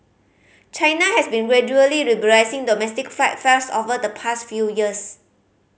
China has been gradually liberalising domestic flight fares over the past few years